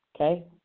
Okay